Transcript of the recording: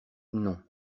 non